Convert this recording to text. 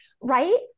right